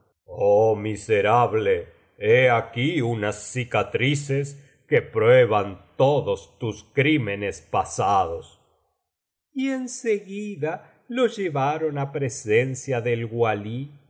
miserable he aquí unas cicatrices que prueban todos tus crímenes pasados y en seguida lo llevaron á presencia del walí